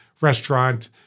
restaurant